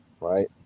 Right